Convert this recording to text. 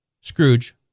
Scrooge